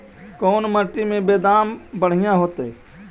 कोन मट्टी में बेदाम बढ़िया होतै?